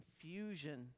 confusion